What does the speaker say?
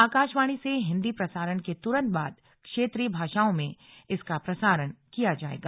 आकाशवाणी से हिंदी प्रसारण के तुरन्त बाद क्षेत्रीय भाषाओं में इसका प्रसारण किया जायेगा